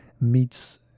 meets